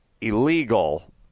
illegal